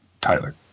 Tyler